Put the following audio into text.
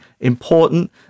important